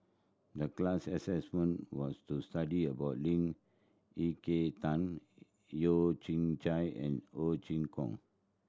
the class assignment was to study about Lee Ek Tieng Yeo Kian Chye and Ho Chee Kong